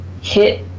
hit